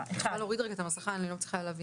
את יכולה להוריד שנייה את המסכה כי אני לא מצליחה להבין.